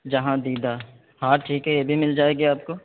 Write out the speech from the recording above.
جہاں دیدہ ہاں ٹھیک ہے یہ بھی مل جائے گی آپ کو